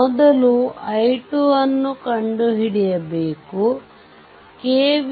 ಮೊದಲು i2 ಅನ್ನು ಕಂಡುಹಿಡಿಯಬೇಕು KVL